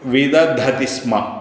विदधति स्म